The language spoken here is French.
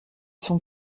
son